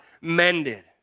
mended